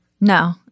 No